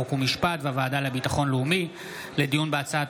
חוק ומשפט והוועדה לביטחון לאומי לדיון בהצעת